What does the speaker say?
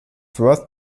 worth